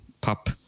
pop